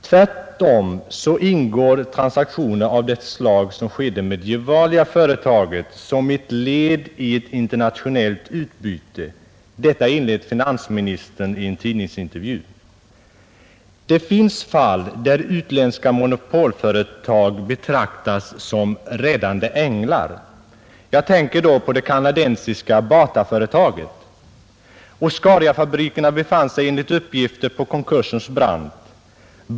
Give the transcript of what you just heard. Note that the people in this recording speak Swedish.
Tvärtom ingår transaktioner av det slag som skedde med Gevaliaföretaget som ett led i ett internationellt utbyte, detta enligt finansministern i en tidningsintervju. Det finns fall där utländska monopolföretag betraktas som ”räddande änglar”; jag tänker då på det kanadensiska Bataföretaget. Oscariafabrikerna befann sig, enligt uppgifter, på konkursens brant.